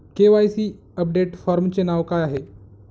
KYC update फॉर्मचे नाव काय आहे?